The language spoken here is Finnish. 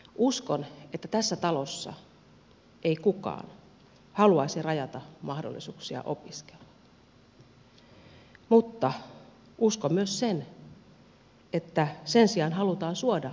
uskon että tässä talossa ei kukaan haluaisi rajata mahdollisuuksia opiskella mutta uskon myös sen että sen sijaan halutaan suoda mahdollisuuksia nopeaan valmistumiseen